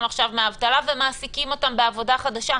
עכשיו מן האבטלה ומעסיקים אותם בעבודה חדשה,